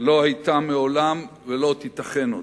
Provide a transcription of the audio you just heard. לא היתה מעולם, ולא תיתכן עוד.